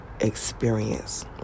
experience